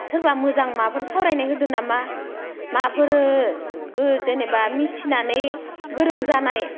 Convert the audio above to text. सोरबा मोजां माबाफोर सावरायनाय होदो नामा माबाफोर जेनेबा मिथिनानै गोरों जानाय